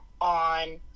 on